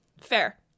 Fair